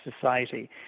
society